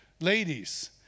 Ladies